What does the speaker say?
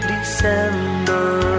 December